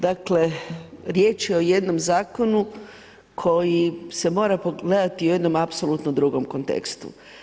Dakle, riječ je o jednom zakonu, koji se mora pogledati u jednom apsolutno drugom kontekstu.